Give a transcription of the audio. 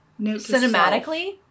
Cinematically